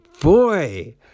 boy